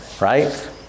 right